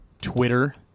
Twitter